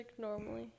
normally